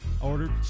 ordered